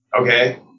Okay